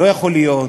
לא יכול להיות.